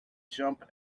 jump